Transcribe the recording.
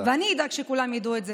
ואני אדאג שכולם ידעו את זה.